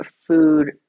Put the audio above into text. food